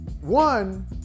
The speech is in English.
one